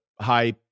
high